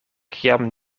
kiam